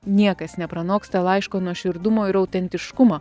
niekas nepranoksta laiško nuoširdumo ir autentiškumo